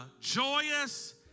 joyous